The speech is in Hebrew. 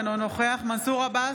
אינו נוכח מנסור עבאס,